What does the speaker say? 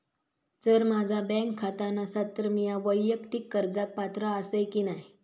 जर माझा बँक खाता नसात तर मीया वैयक्तिक कर्जाक पात्र आसय की नाय?